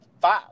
five